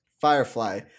Firefly